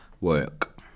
work